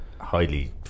highly